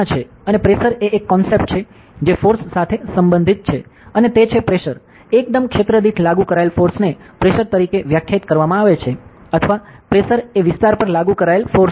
અને પ્રેશર એ એક કોન્સૈપ્ટ છે જે ફોર્સ સાથે સંબંધિત છે અને તે છે પ્રેશર એકમ ક્ષેત્ર દીઠ લાગુ કરાયેલ ફોર્સને પ્રેશર તરીકે વ્યાખ્યાયિત કરવામાં આવે છે અથવા પ્રેશર એ વિસ્તાર પર લાગુ કરાયેલ ફોર્સ છે